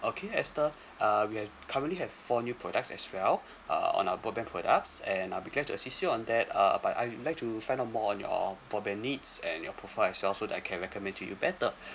okay esther uh we have currently have four new products as well uh on our broadband products and I'll be glad to assist you on that uh but I would like to find out more on your broadband needs and your profile as well so that I can recommend to you better